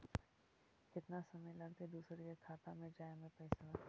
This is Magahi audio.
केतना समय लगतैय दुसर के खाता में जाय में पैसा?